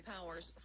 Powers